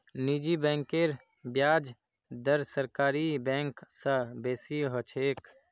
निजी बैंकेर ब्याज दर सरकारी बैंक स बेसी ह छेक